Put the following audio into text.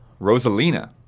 Rosalina